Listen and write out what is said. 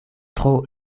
tro